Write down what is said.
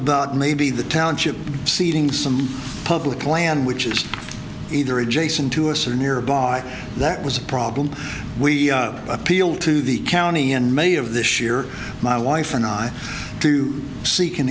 about maybe the township seeding some public land which is either adjacent to us or nearby that was a problem we appealed to the county in may of this year my wife and i to seek an